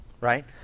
right